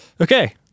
Okay